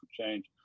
change